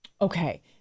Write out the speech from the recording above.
okay